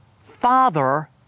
Father